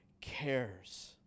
cares